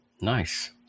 Nice